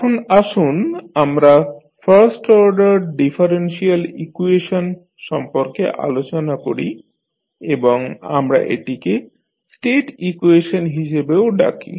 এখন আসুন আমরা ফার্স্ট অর্ডার ডিফারেনশিয়াল ইকুয়েশন সম্পর্কে আলোচনা করি এবং আমরা এটিকে স্টেট ইকুয়েশন হিসাবেও ডাকি